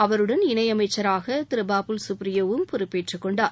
அவருடன் இணையமைச்சரான திரு பபுல் சுப்ரியோவும் பொறுப்பேற்றுக்கொண்டார்